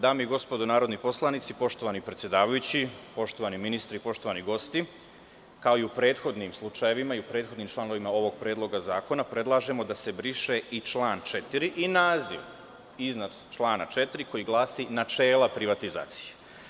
Dame i gospodo narodni poslanici, poštovani predsedavajući, poštovani ministri, poštovani gosti, kao i u prethodnim slučajevima i u prethodnim članovima ovog predloga zakona, predlažemo da se briše i član 4. i naziv iznad člana 4, koji glasi – načela privatizacije.